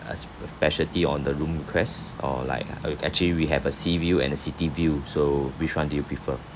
speciality on the room requests or like uh we actually we have a sea view and the city view so which one do you prefer